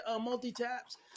multi-taps